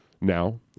now